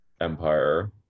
Empire